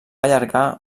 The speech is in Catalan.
allargar